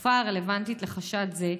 בתקופה הרלוונטית לחשד זה,